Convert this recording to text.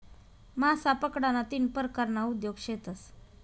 मासा पकडाना तीन परकारना उद्योग शेतस